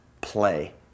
play